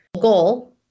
goal